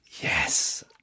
Yes